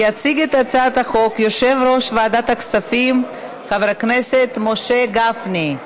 יציג את הצעת החוק יושב-ראש ועדת הכספים חבר הכנסת משה גפני.